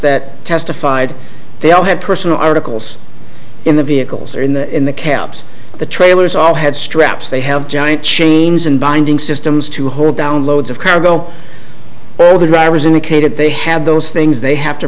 that testified they all had personal articles in the vehicles or in the in the cabs the trailers all had straps they have giant chains and binding systems to hold down loads of cargo in the case that they had those things they have to